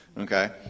Okay